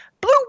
blue